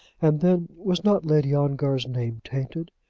and, then, was not lady ongar's name tainted?